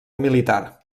militar